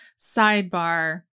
Sidebar